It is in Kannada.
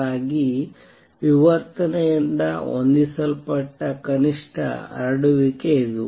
ಹಾಗಾಗಿ ವಿವರ್ತನೆಯಿಂದ ಹೊಂದಿಸಲ್ಪಟ್ಟ ಕನಿಷ್ಠ ಹರಡುವಿಕೆ ಇದು